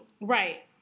Right